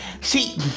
see